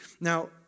Now